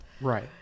Right